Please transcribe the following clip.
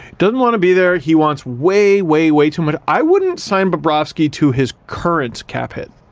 doesn't want to be there. he wants way way way too much. i wouldn't sign bobrovsky to his current cap hit.